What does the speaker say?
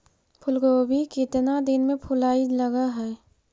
फुलगोभी केतना दिन में फुलाइ लग है?